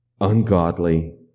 ungodly